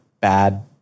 bad